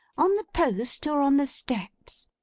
on the post, or on the steps?